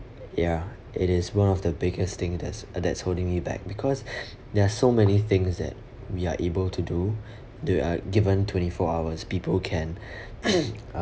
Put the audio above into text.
ya it is one of the biggest thing that's uh that's holding me back because there are so many things that we are able to do do uh given twenty four hours people can uh